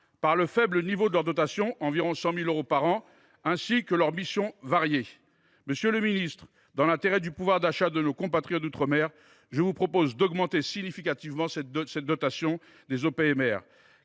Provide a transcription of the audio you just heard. par le faible niveau de leur dotation, qui est d’environ 100 000 euros par an, et par la grande variété de leurs missions. Monsieur le ministre, dans l’intérêt du pouvoir d’achat de nos compatriotes d’outre mer, je vous propose d’augmenter significativement la dotation des OPMR.